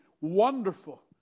wonderful